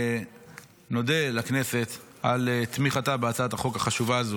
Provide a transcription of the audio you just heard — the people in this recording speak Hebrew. נודה לכנסת על תמיכתה בהצעת החוק החשובה הזו.